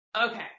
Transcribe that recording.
Okay